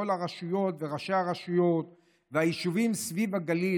כל הרשויות וראשי הרשויות והיישובים סביב הגליל,